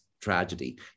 tragedy